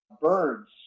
Birds